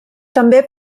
també